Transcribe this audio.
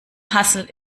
hassel